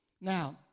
Now